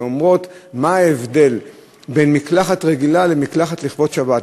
שאומרות: מה ההבדל בין מקלחת רגילה למקלחת לכבוד שבת,